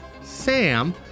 Sam